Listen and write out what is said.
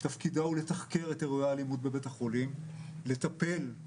זה קיצור הליכים, בסופו של דבר,